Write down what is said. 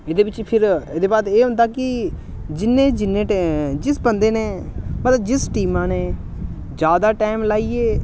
एह्दे बिच्च फिर एह्दे बाद एह् होंदा कि जि'न्ने जि'न्ने टैम जिस बंदे ने मतलब जिस टीमा ने जैदा टैम लाइयै